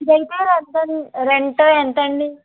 ఇదైతే rent rent ఎంతండి